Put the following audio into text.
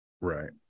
right